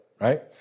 right